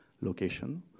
location